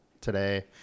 today